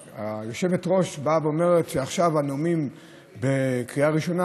היושבת-ראש באה ואומרת שעכשיו הנאומים בקריאה ראשונה,